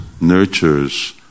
nurtures